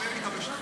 אדוני היושב-ראש,